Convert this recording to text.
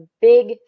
big